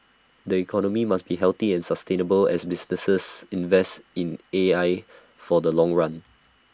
the economy must be healthy and sustainable as businesses invest in A I for the long run